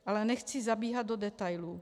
Ale nechci zabíhat do detailů.